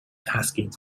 asking